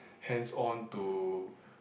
hands on to